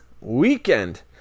weekend